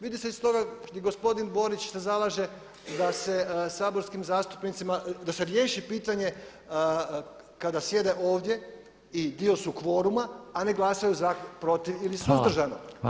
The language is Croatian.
Vidi se iz toga i gospodin Borić se zalaže da se saborskim zastupnicima, da se riješi pitanje kada sjede ovdje i dio su kvoruma, a ne glasaju za, protiv ili suzdržano.